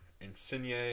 Insigne